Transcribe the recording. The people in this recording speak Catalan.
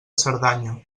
cerdanya